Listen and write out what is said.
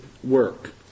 Work